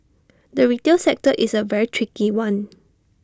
the retail sector is A very tricky one